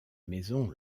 maison